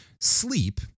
Sleep